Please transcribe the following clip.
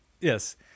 yes